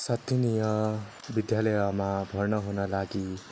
स्थानीय विद्यालयमा भर्ना हुन लागि